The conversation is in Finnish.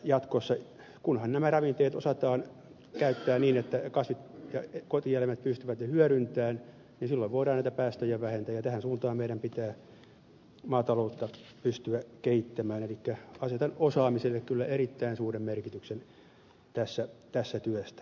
jatkossa kunhan nämä ravinteet osataan käyttää niin että kasvit ja kotieläimet pystyvät ne hyödyntämään voidaan näitä päästöjä vähentää ja tähän suuntaan meidän pitää maataloutta pystyä kehittämään elikkä asetan osaamiselle kyllä erittäin suuren merkityksen tässä työssä